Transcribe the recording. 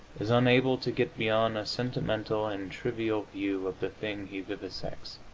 is unable to get beyond a sentimental and trivial view of the thing he vivisects,